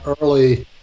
early